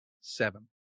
Seven